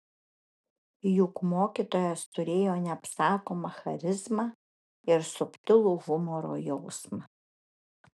juk mokytojas turėjo neapsakomą charizmą ir subtilų humoro jausmą